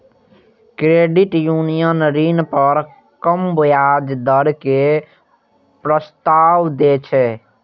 credit union ऋण पर कम ब्याज दर के प्रस्ताव दै छै